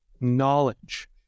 knowledge